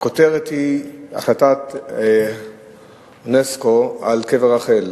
הכותרת היא החלטת אונסק"ו על קבר רחל,